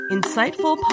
Insightful